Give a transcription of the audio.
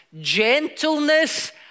gentleness